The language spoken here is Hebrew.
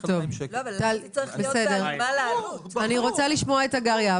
אני רוצה לשמוע את הגר יהב.